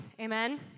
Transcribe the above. Amen